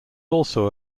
also